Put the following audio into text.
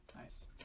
nice